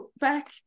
back